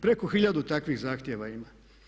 Preko hiljadu takvih zahtjeva ima.